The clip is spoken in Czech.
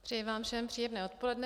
Přeji vám všem příjemné odpoledne.